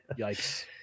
Yikes